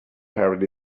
parrot